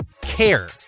care